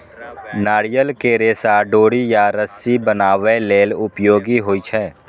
नारियल के रेशा डोरी या रस्सी बनाबै लेल उपयोगी होइ छै